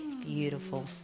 Beautiful